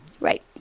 Right